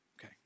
Okay